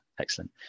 excellent